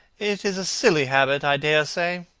it is a silly habit, i dare say,